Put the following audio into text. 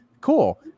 cool